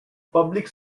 public